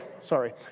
sorry